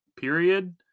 period